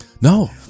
No